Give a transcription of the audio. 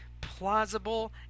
plausible